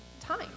time